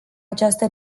această